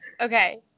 okay